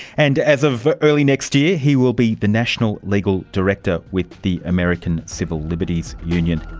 and as of early next year he will be the national legal director with the american civil liberties union.